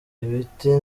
ibiti